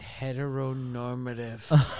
heteronormative